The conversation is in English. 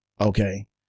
Okay